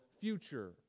future